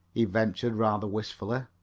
he ventured rather wistfully.